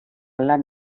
lan